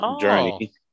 journey